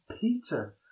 Peter